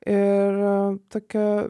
ir tokią